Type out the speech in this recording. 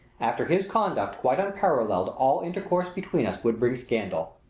after his conduct, quite unparalleled, all intercourse between us would bring scandal